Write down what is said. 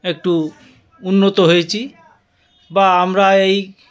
একটু উন্নত হয়েছি বা আমরা এই